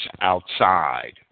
outside